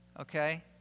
okay